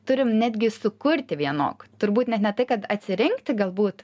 turim netgi sukurti vienok turbūt net ne tai kad atsirinkti galbūt